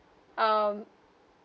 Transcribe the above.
um